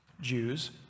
Jews